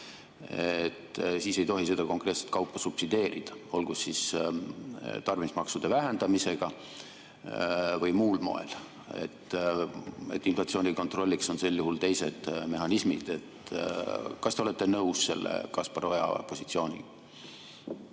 siis ei tohi seda konkreetset kaupa subsideerida, olgu tarbimismaksude vähendamisega või muul moel? Inflatsiooni kontrollimiseks on sel juhul teised mehhanismid. Kas te olete nõus selle Kaspar Oja positsiooniga?